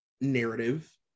narrative